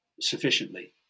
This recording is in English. sufficiently